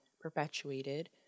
perpetuated